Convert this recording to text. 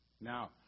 now